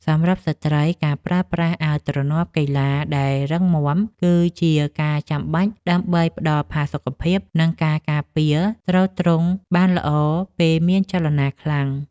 សម្រាប់ស្ត្រី ការប្រើប្រាស់អាវទ្រនាប់កីឡាដែលរឹងមាំ គឺជាការចាំបាច់ដើម្បីផ្តល់ផាសុកភាព និងការការពារទ្រទ្រង់បានល្អពេលមានចលនាខ្លាំង។